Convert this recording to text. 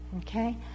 okay